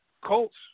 Colts